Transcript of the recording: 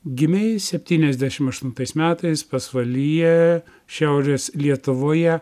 gimei septyniasdešimt aštuntais metais pasvalyje šiaurės lietuvoje